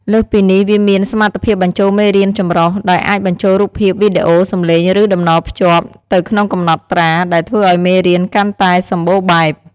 លើសពីនេះ វាមាន សមត្ថភាពបញ្ចូលមេរៀនចម្រុះ ដោយអាចបញ្ចូលរូបភាព វីដេអូ សំឡេង ឬតំណភ្ជាប់ ទៅក្នុងកំណត់ត្រា ដែលធ្វើឱ្យមេរៀនកាន់តែសម្បូរបែប។